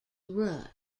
rusk